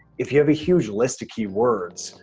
if you have a huge list of keywords,